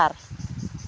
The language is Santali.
ᱵᱟᱨ